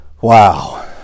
wow